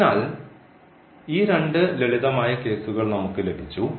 അതിനാൽ ഈ രണ്ട് ലളിതമായ കേസുകൾ നമുക്ക് ലഭിച്ചു